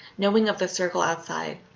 knowing of the circle outside.